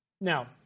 Now